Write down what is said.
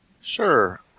Sure